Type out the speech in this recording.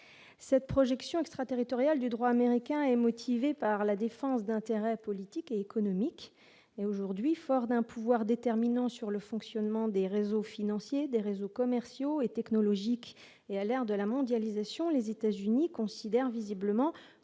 cette projection extraterritorial du droit américain est motivée par la défense d'intérêts politiques et économiques, mais aujourd'hui, fort d'un pouvoir déterminant sur le fonctionnement des réseaux financiers des réseaux commerciaux et technologiques et à l'heure de la mondialisation, les États-Unis considère visiblement